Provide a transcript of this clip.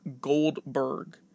Goldberg